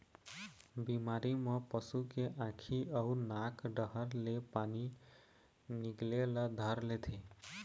बिमारी म पशु के आँखी अउ नाक डहर ले पानी निकले ल धर लेथे